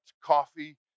coffee